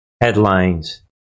headlines